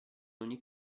ogni